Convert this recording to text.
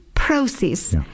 process